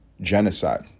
genocide